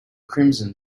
crimson